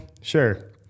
Sure